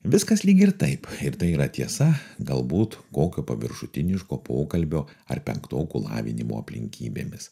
viskas lyg ir taip ir tai yra tiesa galbūt kokio paviršutiniško pokalbio ar penktokų lavinimo aplinkybėmis